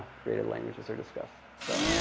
created languages are discussed. so